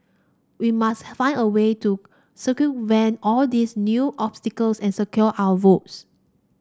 we must find a way to circumvent all these new obstacles and secure our votes